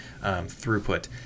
throughput